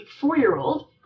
four-year-old